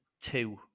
two